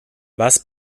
was